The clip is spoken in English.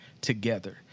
together